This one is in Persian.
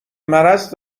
مرض